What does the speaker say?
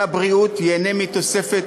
סל הבריאות ייהנה מתוספת,